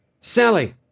Sally